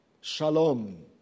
shalom